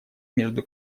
между